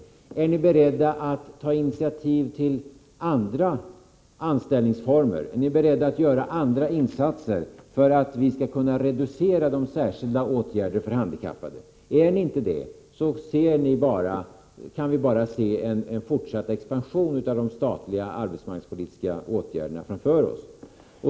Man kan fråga dem: Är ni beredda att ta initiativ till andra anställningsformer? Är ni beredda att göra andra insatser för att vi skall kunna reducera de särskilda åtgärderna för handikappade? Är ni inte det, så kan vi bara se en fortsatt expansion av de statliga arbetsmarknadspolitiska åtgärderna framför oss.